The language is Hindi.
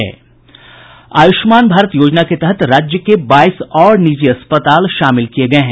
आयुष्मान भारत योजना के तहत राज्य के बाईस और निजी अस्पताल शामिल किये गये हैं